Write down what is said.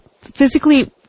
physically